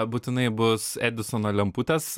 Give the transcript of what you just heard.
būtinai bus edisono lemputės